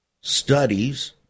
studies